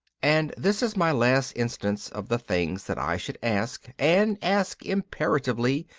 and this is my last instance of the things that i should ask, and ask imperatively,